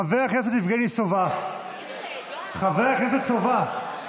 חבר הכנסת יבגני סובה, חבר הכנסת סובה,